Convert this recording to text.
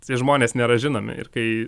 tie žmonės nėra žinomi ir kai